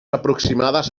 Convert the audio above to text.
aproximades